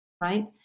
right